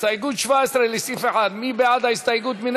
הסתייגות 17 לסעיף 1, מי בעד ההסתייגות?